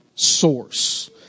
Source